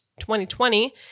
2020